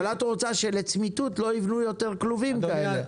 אבל את רוצה שלצמיתות לא יבנו יותר כלובים כאלה.